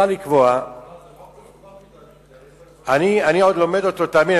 זה חוק מסובך מדי בשבילי, תאמין לי